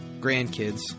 grandkids